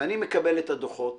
אני מקבל את הדוחות